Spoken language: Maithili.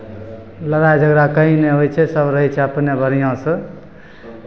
लड़ाइ झगड़ा कहीँ नहि होइ छै सभ रहै छै अपने बढ़िआँसँ